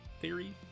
Theory